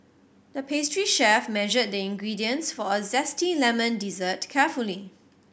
the pastry chef measured the ingredients for a zesty lemon dessert carefully